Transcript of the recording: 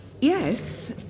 Yes